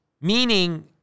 Meaning